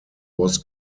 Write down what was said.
was